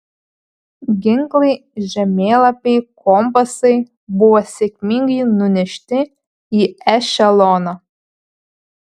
ginklai žemėlapiai kompasai buvo sėkmingai nunešti į ešeloną